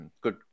Good